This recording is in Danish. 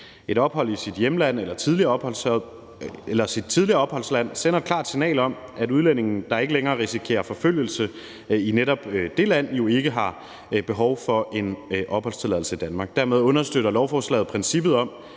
Et ophold i hjemlandet eller tidligere opholdsland sender et klart signal om, at udlændinge, der ikke længere risikerer forfølgelse i netop det land, jo netop ikke har behov for en opholdstilladelse i Danmark. Dermed understøtter lovforslaget princippet om,